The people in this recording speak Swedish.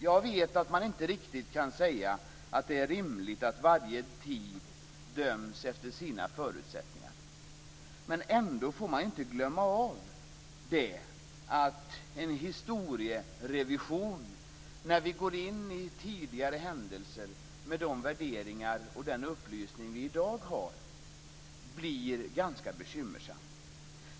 Jag vet att man inte riktigt kan säga att det är rimligt att varje tid döms efter sina förutsättningar. Ändå får man inte glömma att en historierevision, när vi går in i tidigare händelser med de värderingar och den upplysning vi har i dag, blir ganska bekymmersam.